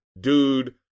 dude